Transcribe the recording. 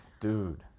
dude